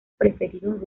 preferidos